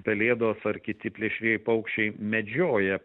pelėdos ar kiti plėšrieji paukščiai medžioja